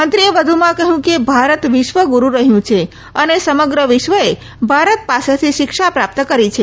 મંત્રીએ વધુમાં કહ્યું કે ભારત વિશ્વ ગુરૂ રહ્યું છે અને સમગ્ર વિશ્વએ ભારત પાસેથી શિક્ષા પ્રાપ્ત કરી છે